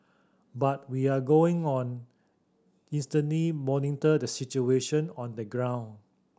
but we are going on constantly monitor the situation on the ground